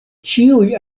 ĉiuj